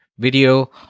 video